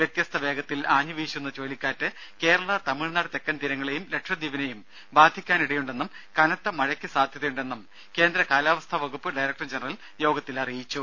വ്യത്യസ്ത വേഗത്തിൽ ആഞ്ഞുവീശുന്ന ചുഴലിക്കാറ്റ് കേരള തമിഴ്നാട് തെക്കൻ തീരങ്ങളെയും ലക്ഷദ്വീപിനെയും ബാധിക്കാനിടയുണ്ടെന്നും കനത്ത മഴയ്ക്ക് സാധ്യതയുണ്ടെന്നും കേന്ദ്ര കാലാവസ്ഥാ വകുപ്പ് ഡയറക്ടർ ജനറൽ യോഗത്തിൽ അറിയിച്ചു